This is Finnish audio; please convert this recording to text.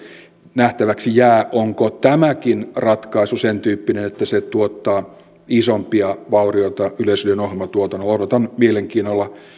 nähtäväksi jää onko tämäkin ratkaisu sentyyppinen että se tuottaa isompia vaurioita yleisradion ohjelmatuotannolle odotan mielenkiinnolla